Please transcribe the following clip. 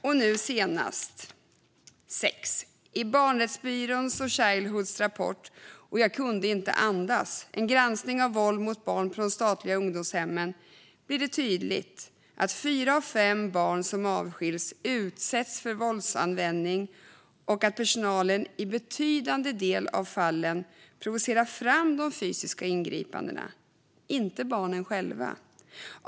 För det sjätte: I barnrättsbyråns och Childhoods rapport .och jag kunde inte andas , en granskning av våld mot barn på de statliga ungdomshemmen, blir det tydligt att fyra av fem barn som avskiljs utsätts för våldsanvändning och att personalen i en betydande del av fallen provocerar fram de fysiska ingripandena - inte barnen själva.